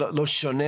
לא שונה,